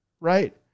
right